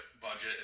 budget